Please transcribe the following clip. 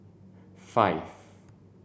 five